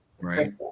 Right